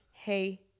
hey